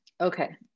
Okay